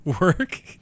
work